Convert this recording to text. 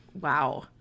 Wow